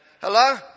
Hello